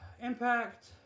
Impact